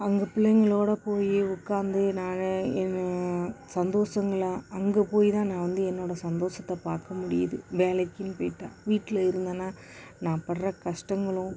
அங்கே பிள்ளைங்களோட போய் உட்காந்து நான் என் சந்தோசங்களை அங்கே போய் தான் நான் வந்து என்னோடய சந்தோஷத்தை பார்க்க முடியுது வேலைக்குன்னு போயிட்டால் வீட்டில் இருந்தேனா நான் படுற கஷ்டங்களும்